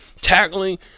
tackling